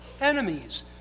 enemies